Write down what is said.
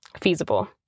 feasible